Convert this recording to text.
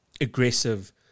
aggressive